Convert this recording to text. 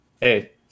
hey